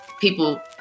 people